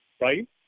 right